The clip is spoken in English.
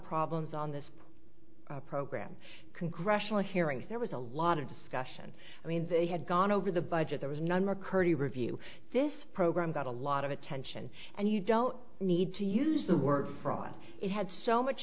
problems on this program congressional hearings there was a lot of discussion i mean they had gone over the budget there was none mccurdy review this program got a lot of attention and you don't need to use the word fraud it had so much